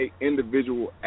individual